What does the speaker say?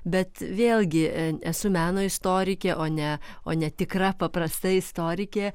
bet vėlgi esu meno istorikė o ne o ne tikra paprasta istorikė